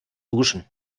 duschen